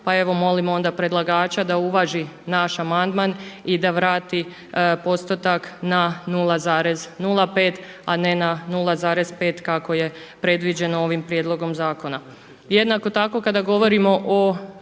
pa evo onda molimo predlagača da uvaženi naš amandman i da vrati postotak na 0,05, a ne 0,5 kako je predviđeno ovim prijedlogom zakona. Jednako tako kada govorimo o